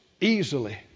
Easily